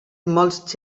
molts